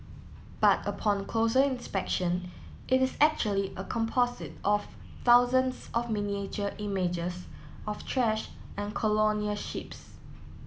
but upon closer inspection it is actually a composite of thousands of miniature images of trash and colonial ships